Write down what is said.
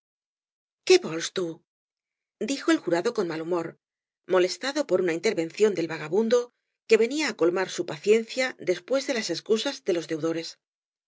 dijo el jurado con mal humor molestado por una intervención del vagabundo que venia á colmar su paciencia después de las excusas de los deudores qué